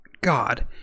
God